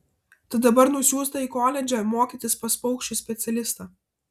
tad dabar nusiųsta į koledžą mokytis pas paukščių specialistą